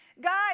God